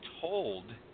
told